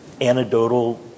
anecdotal